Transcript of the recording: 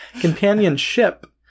Companionship